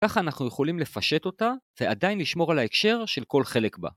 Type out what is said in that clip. ‫ככה אנחנו יכולים לפשט אותה ועדיין לשמור על ההקשר של כל חלק בה.